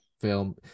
film